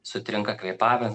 sutrinka kvėpavim